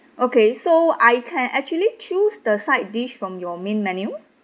okay so I can actually choose the side dish from your main menu